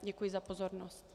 Děkuji za pozornost.